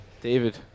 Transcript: david